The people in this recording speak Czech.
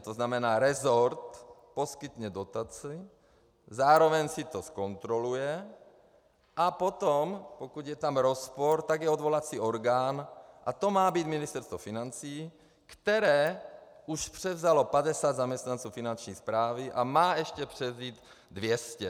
To znamená resort poskytne dotaci, zároveň si to zkontroluje a potom, pokud je tam rozpor, tak je odvolací orgán a to má být Ministerstvo financí, které už převzalo 50 zaměstnanců Finanční správy a má ještě převzít 200.